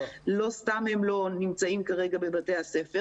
לא סתם הם לא נמצאים כרגע בבתי הספר.